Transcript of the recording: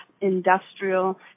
industrial